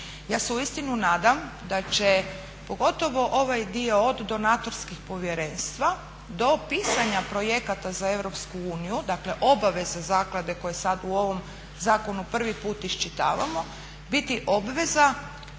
Ja se uistinu nadam da će, pogotovo ovaj dio od donatorskih povjerenstva do pisanja projekata za EU, dakle obaveze zaklade koje sad u ovom zakonu prvi put iščitavamo biti obveza